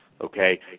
Okay